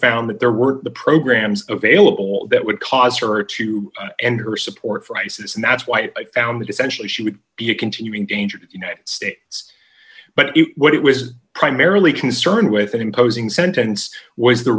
found that there were the programs available that would cause her to end her support for isis and that's why i found that essentially she would be a continuing danger to united states but what it was primarily concerned with an imposing sentence was the